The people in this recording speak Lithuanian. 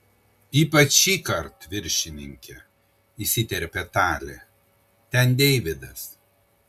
ypač šįkart viršininke įsiterpė talė ten deividas